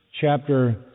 chapter